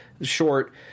short